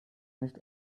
nicht